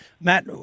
Matt